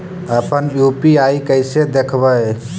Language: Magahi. अपन यु.पी.आई कैसे देखबै?